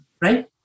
Right